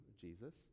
Jesus